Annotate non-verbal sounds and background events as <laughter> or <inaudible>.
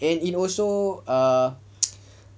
and it also ah <noise>